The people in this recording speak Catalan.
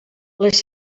les